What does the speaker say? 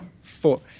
four